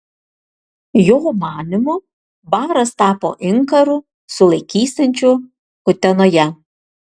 jo manymu baras tapo inkaru sulaikysiančiu utenoje